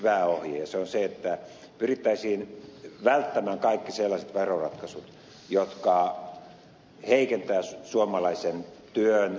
se on se että pyrittäisiin välttämään kaikki sellaiset veroratkaisut jotka heikentävät suomalaisen työn kilpailukykyä maailmalla